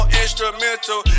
instrumental